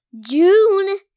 June